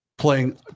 Playing